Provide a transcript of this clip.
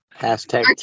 Hashtag